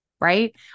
right